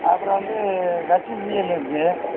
அப்புறம் வந்து ஹச்சிஎல் இருக்குது